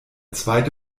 zweite